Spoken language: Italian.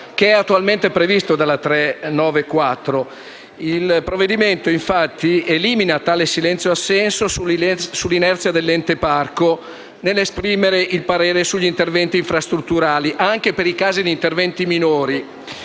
che è attualmente previsto dalla legge n. 394 del 1991. Il provvedimento in esame, infatti, elimina tale silenzioassenso sull’inerzia dell’Ente parco nell’esprimere il parere sugli interventi infrastrutturali, anche per i casi di interventi minori.